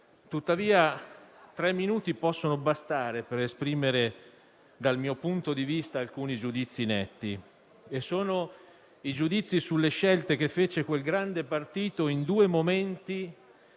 Tuttavia, tre minuti possono bastare per esprimere, dal mio punto di vista, alcuni giudizi netti sulle scelte che fece quel grande partito, in due momenti